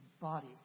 body